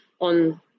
on